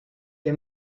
que